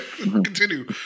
continue